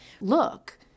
Look